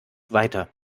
weiter